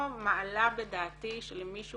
מעלה בדעתי שלמישהו